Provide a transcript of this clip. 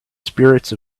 spirits